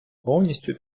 повністю